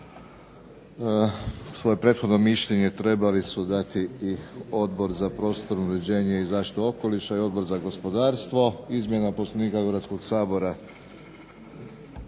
svoje prethodno mišljenje trebali su dati i Odbor za prostorno uređenje i zaštitu okoliša i Odbor za gospodarstvo. Izmjena Poslovnika Hrvatskog sabora